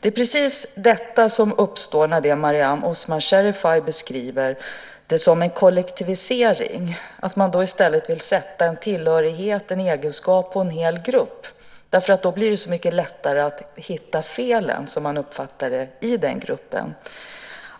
Det är precis detta som uppstår och som Mariam Osman Sherifay beskriver som en kollektivisering. Man vill sätta en tillhörighet, en egenskap, på en hel grupp. Då blir det så mycket lättare att hitta felen, som man uppfattar det, i den gruppen.